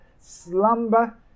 slumber